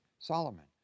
Solomon